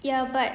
ya but